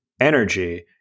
energy